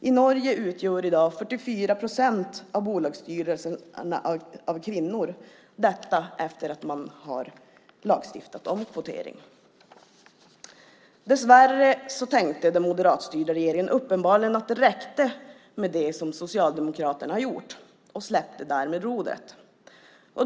I Norge utgörs i dag 44 procent av bolagsstyrelserna av kvinnor - detta efter att man har lagstiftat om kvotering. Dessvärre tyckte den moderatstyrda regeringen uppenbarligen att det räckte med det som Socialdemokraterna har gjort och släppte därmed rodret.